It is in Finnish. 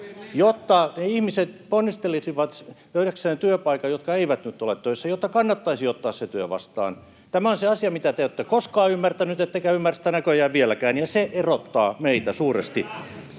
nyt ole töissä, ponnistelisivat löytääkseen työpaikan, jotta kannattaisi ottaa se työ vastaan. Tämä on se asia, mitä te ette ole koskaan ymmärtänyt ettekä ymmärrä sitä näköjään vieläkään, ja se erottaa meitä suuresti.